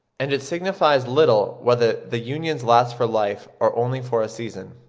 and it signifies little whether the unions last for life or only for a season.